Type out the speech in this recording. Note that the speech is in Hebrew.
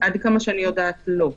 כמה שאני יודעת, לא.